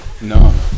No